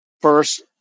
first